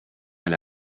elle